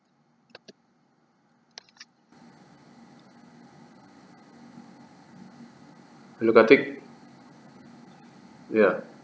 hello ya